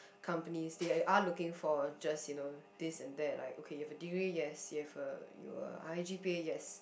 companies they are looking for just you know this and that like okay you have a degree yes you have a you a high g_p_a yes